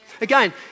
Again